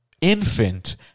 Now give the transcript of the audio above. infant